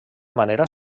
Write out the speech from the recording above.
manera